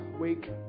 week